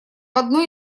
одной